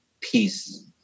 peace